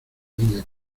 niña